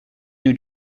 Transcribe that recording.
new